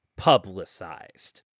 publicized